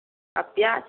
ଆର୍ ପିଆଜ୍